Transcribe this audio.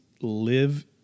live